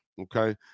Okay